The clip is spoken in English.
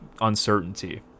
uncertainty